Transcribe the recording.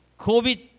COVID